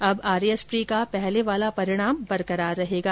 अब RAS pre का पहले वाला परिणाम बरकरार रहेगा